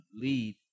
lead